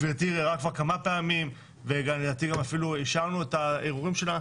וגברתי ערערה כמה פעמים ואישרנו את הערעורים שלה,